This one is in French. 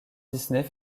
disney